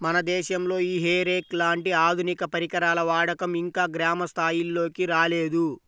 మన దేశంలో ఈ హే రేక్ లాంటి ఆధునిక పరికరాల వాడకం ఇంకా గ్రామ స్థాయిల్లోకి రాలేదు